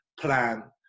plan